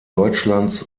deutschlands